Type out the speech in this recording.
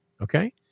Okay